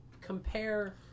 Compare